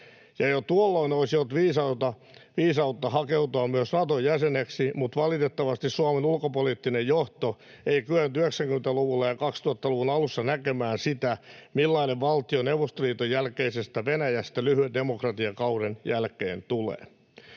ja jo tuolloin olisi ollut viisautta hakeutua myös Naton jäseneksi, mutta valitettavasti Suomen ulkopoliittinen johto ei kyennyt 1990-luvulla ja 2000-luvun alussa näkemään sitä, millainen valtio Neuvostoliiton jälkeisestä Venäjästä lyhyen demokratiakauden jälkeen tulee.